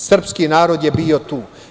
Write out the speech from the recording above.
Srpski narod je bio tu.